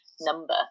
number